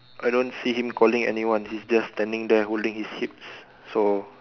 I don't see him calling anyone he's just standing there holding his hips so